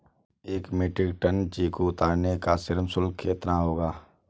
एक metric ton चीकू उतारने का श्रम शुल्क कितना होगा?